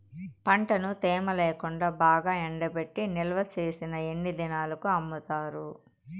పంటను తేమ లేకుండా బాగా ఎండబెట్టి నిల్వచేసిన ఎన్ని దినాలకు అమ్ముతారు?